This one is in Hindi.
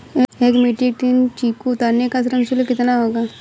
एक मीट्रिक टन चीकू उतारने का श्रम शुल्क कितना होगा?